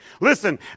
Listen